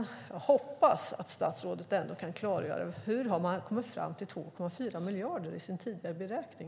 Jag hoppas att statsrådet kan klargöra hur man har kommit fram till 2,4 miljarder i sin tidigare beräkning.